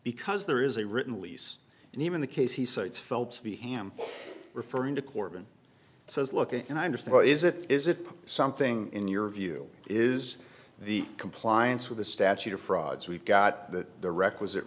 because there is a written lease and even the case he cites phelps v ham referring to corban says look and i understand why is it is it something in your view is the compliance with the statute of frauds we've got that the requisite